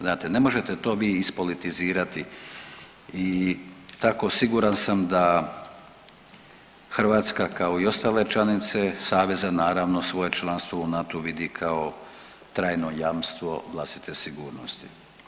Znate ne možete to vi ispolitizirati i tako siguran sam da Hrvatska kao i ostale članice saveza naravno svoje članstvo u NATO-u vidi kao trajno jamstvo vlastite sigurnosti.